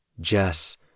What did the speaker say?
Jess